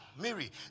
Mary